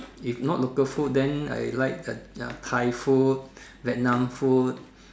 if not local food then I like the Thai food Vietnam food